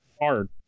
hard